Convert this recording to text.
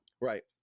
Right